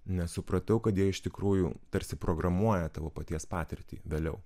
nesupratau kad jie iš tikrųjų tarsi programuoja tavo paties patirtį vėliau